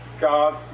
God